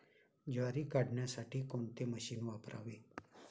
ज्वारी काढण्यासाठी कोणते मशीन वापरावे?